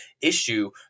issue